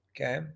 Okay